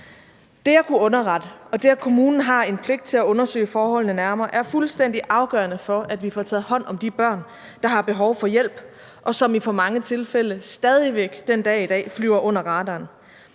Det at kunne underrette og det, at kommunen har en pligt til at undersøge forholdene nærmere, er fuldstændig afgørende for, at vi får taget hånd om de børn, der har behov for hjælp, og som i for mange tilfælde stadig væk den dag i dag flyver under radaren.